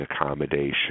accommodation